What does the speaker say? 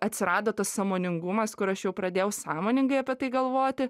atsirado tas sąmoningumas kur aš jau pradėjau sąmoningai apie tai galvoti